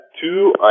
two